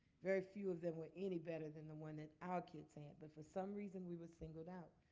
very few of them were any better than the one that our kids. and but for some reason, we were singled out.